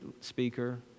speaker